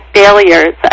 failures